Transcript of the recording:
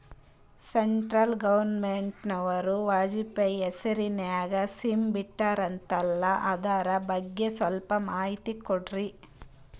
Central ಗವರ್ನಮೆಂಟನವರು ವಾಜಪೇಯಿ ಹೇಸಿರಿನಾಗ್ಯಾ scheme ಬಿಟ್ಟಾರಂತಲ್ಲ ಅದರ ಬಗ್ಗೆ ಸ್ವಲ್ಪ ಮಾಹಿತಿ ಕೊಡ್ರಿ?